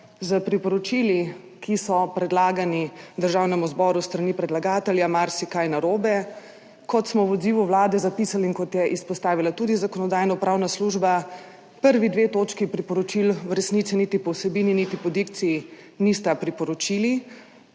s priporočili, ki so predlagani Državnemu zboru s strani predlagatelja marsikaj narobe, kot smo v odzivu Vlade zapisali in kot je izpostavila tudi Zakonodajno-pravna služba, prvi dve točki priporočil v resnici niti po vsebini niti po dikciji nista priporočili.